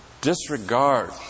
disregard